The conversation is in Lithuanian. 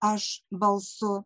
aš balsu